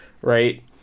right